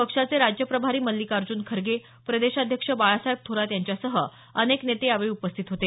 पक्षाचे राज्य प्रभारी मल्लिकार्ज्न खरगे प्रदेशाध्यक्ष बाळासाहेब थोरात यांच्यासह अनेक नेते यावेळी उपस्थिते होते